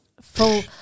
full